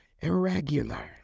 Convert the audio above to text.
irregular